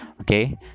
okay